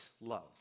love